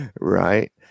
right